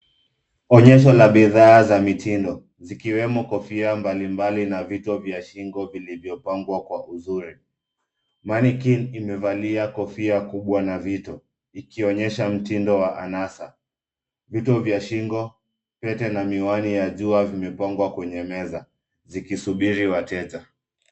Onyesho la bidhaa za mitindo, zikiwemo kofia mbalimbali na vito vya shingo vilivyopangwa kwa uzuri. Mannequin imevalia kofia kubwa na vito, ikionyesha mtindo wa anasa. Vito vya shingo, pete na miwani ya jua vimepangwa kwenye meza, zikisubiri wateja.